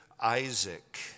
Isaac